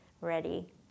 ready